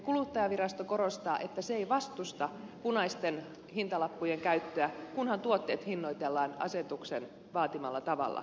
kuluttajavirasto korostaa että se ei vastusta punaisten hintalappujen käyttöä kunhan tuotteet hinnoitellaan asetuksen vaatimalla tavalla